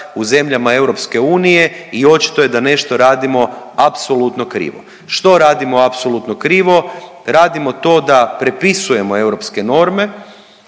u zemljama EU i očito je da nešto radimo apsolutno krivo. Što radimo apsolutno krivo? Radimo to da prepisujemo europske norme,